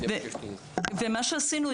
מה שעשינו,